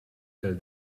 del